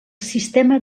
sistema